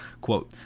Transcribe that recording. quote